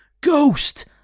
Ghost